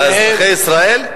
אזרחי ישראל?